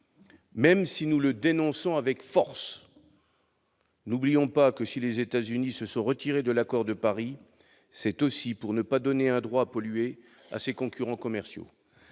Même si nous le dénonçons avec force, n'oublions pas que, si les États-Unis se sont retirés de l'accord de Paris, c'est aussi pour ne pas donner un droit à polluer à leurs concurrents commerciaux.